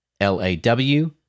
L-A-W